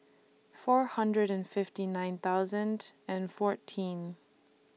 four hundred and fifty nine thousand and fourteen